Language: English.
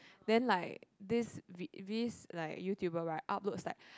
then like this vi~ vis~ like YouTuber right uploads like